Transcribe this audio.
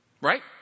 right